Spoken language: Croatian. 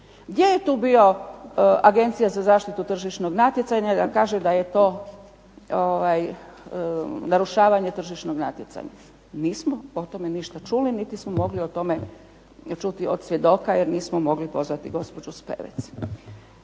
Gdje je tu bila Agencija za zaštitu tržišnog natjecanja i da kaže da je to narušavanje tržišnog natjecanja? Nismo o tome ništa čuli niti smo mogli o tome čuti od svjedoka jer nismo mogli pozvati gospođu Spevec.